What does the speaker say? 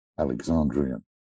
alexandrian